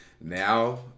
now